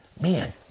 Man